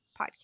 podcast